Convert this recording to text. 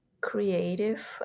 creative